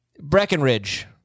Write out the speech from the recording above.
Breckenridge